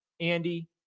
Andy